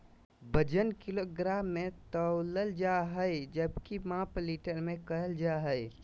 वजन किलोग्राम मे तौलल जा हय जबकि माप लीटर मे करल जा हय